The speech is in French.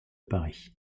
paris